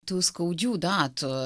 tų skaudžių datų